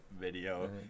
video